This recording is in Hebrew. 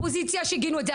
מהאופוזיציה שגינו את זה,